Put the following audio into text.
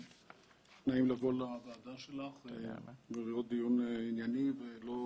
תמיד נעים לבוא לוועדה שלך ולראות דיון ענייני ולא